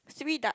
three ducks